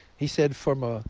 he said from a